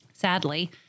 Sadly